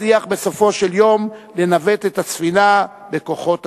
מצליח בסופו של יום לנווט את הספינה בכוחות עצמו.